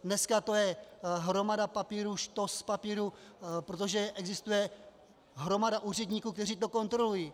Dneska to je hromada papírů, štos papírů, protože existuje hromada úředníků, kteří to kontrolují.